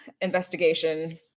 investigation